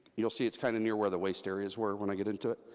you'll see it's kind of near where the waste areas were, when i get into it.